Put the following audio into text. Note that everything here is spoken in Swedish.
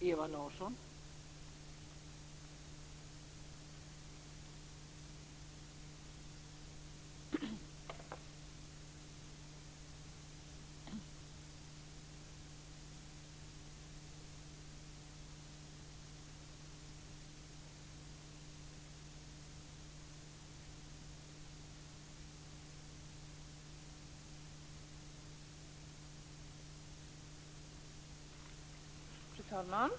Fru talman!